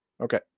Okay